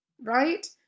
right